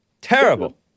Terrible